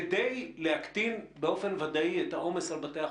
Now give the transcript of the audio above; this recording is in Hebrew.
כדי להקטין באופן ודאי את העומס על בתי החולים,